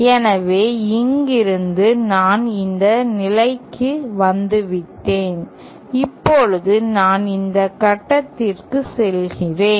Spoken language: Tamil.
எனவே இங்கிருந்து நான் இந்த நிலைக்கு வந்துவிட்டேன் இப்போது நான் இந்த கட்டத்திற்கு செல்கிறேன்